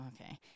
Okay